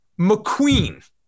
McQueen